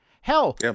Hell